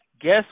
Guess